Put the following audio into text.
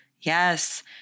Yes